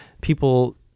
people